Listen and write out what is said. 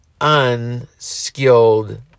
unskilled